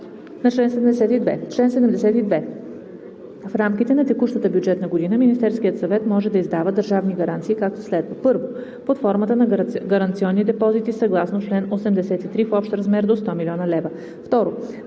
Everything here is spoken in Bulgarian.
„Чл. 72. В рамките на текущата бюджетна година Министерският съвет може да издава държавни гаранции, както следва: 1. под формата на гаранционни депозити съгласно чл. 83 - в общ размер до 100 млн. лв.; 2.